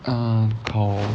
uh